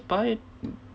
buy